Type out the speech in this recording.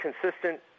consistent